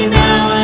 now